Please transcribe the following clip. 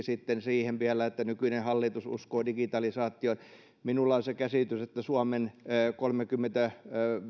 sitten vielä pieni piikki että nykyinen hallitus uskoo digitalisaatioon minulla on se käsitys että suomen kolmekymmentä